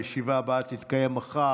הישיבה הבאה תתקיים מחר,